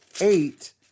eight